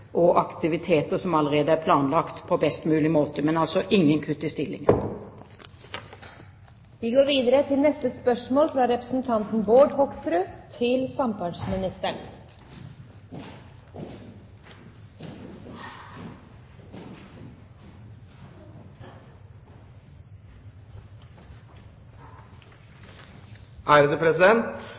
og aktiviteter som allerede er planlagt, på best mulig måte. Men det er altså ingen kutt i